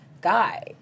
guy